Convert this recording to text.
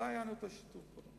לא היה לנו שיתוף פעולה.